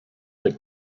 that